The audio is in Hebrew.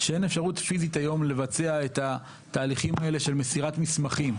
אין אפשרות פיסית היום לבצע את התהליכים האלה של מסירת מסמכים.